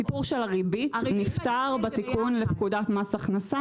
הסיפור של הריבית נפתר בתיקון לפקודת מס הכנסה,